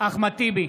אחמד טיבי,